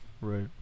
Right